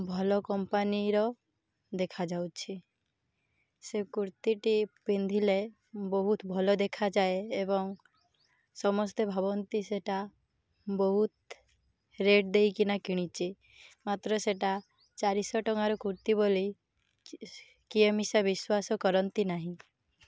ଭଲ କମ୍ପାନୀର ଦେଖାଯାଉଛି ସେ କୁର୍ତ୍ତିଟି ପିନ୍ଧିଲେ ବହୁତ ଭଲ ଦେଖାଯାଏ ଏବଂ ସମସ୍ତେ ଭାବନ୍ତି ସେଇଟା ବହୁତ ରେଟ୍ ଦେଇକିନା କିଣିଛି ମାତ୍ର ସେଇଟା ଚାରିଶହ ଟଙ୍କାର କୁର୍ତ୍ତି ବୋଲି କିଏ ମିିଶା ବିଶ୍ୱାସ କରନ୍ତି ନାହିଁ